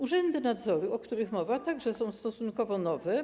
Urzędy nadzoru, o których mowa, także są stosunkowo nowe.